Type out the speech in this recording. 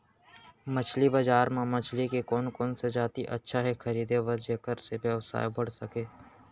मछली बजार बर मछली के कोन कोन से जाति अच्छा हे खरीदे बर जेकर से व्यवसाय बढ़ सके?